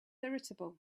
irritable